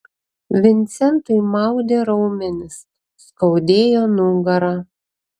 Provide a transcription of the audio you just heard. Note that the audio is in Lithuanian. vincentui maudė raumenis skaudėjo nugarą